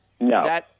No